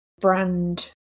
brand